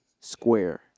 square